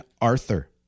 Arthur